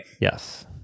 Yes